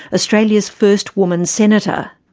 australia's first woman senator.